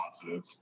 positive